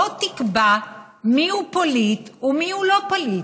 בוא תקבע מיהו פליט ומיהו לא פליט.